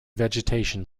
vegetation